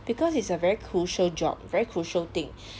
because it's a very crucial job very crucial thing